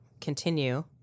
continue